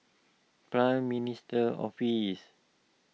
Prime Minister's Office